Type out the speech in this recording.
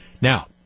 Now